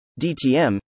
DTM